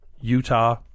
Utah